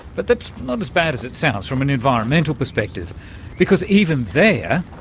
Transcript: but that's not as bad as it sounds from an environmental perspective because even there,